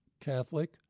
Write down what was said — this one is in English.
Catholic